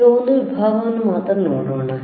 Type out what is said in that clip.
ಈಗ ಒಂದು ವಿಭಾಗವನ್ನು ಮಾತ್ರ ನೋಡೋಣ